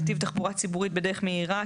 נתיב תחבורה ציבורית בדרך מהירה,